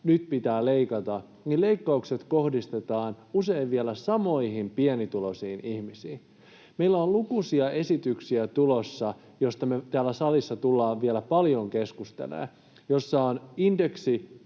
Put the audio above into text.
nyt pitää leikata, leikkaukset kohdistetaan usein vielä samoihin pienituloisiin ihmisiin. Meille on tulossa lukuisia esityksiä, joista me täällä salissa tullaan vielä paljon keskustelemaan ja joissa